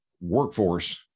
workforce